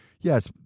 Yes